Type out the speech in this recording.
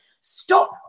stop